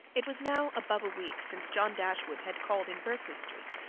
it was now above a week since john dashwood had called in berkeley street,